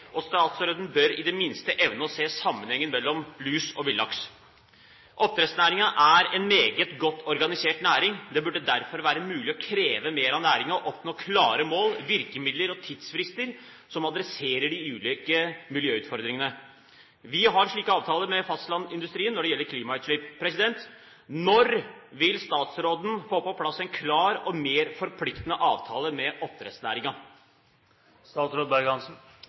og statsråden bør i det minste evne å se sammenhengen mellom lus og villaks. Oppdrettsnæringen er en meget godt organisert næring. Det burde derfor være mulig å kreve mer av næringen: oppnå klare mål, virkemidler og tidsfrister som adresserer de ulike miljøutfordringene. Vi har slike avtaler med fastlandsindustrien når det gjelder klimautslipp. Når vil statsråden få på plass en klar og mer forpliktende avtale med